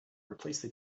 replace